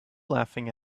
laughing